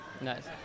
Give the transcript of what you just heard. Nice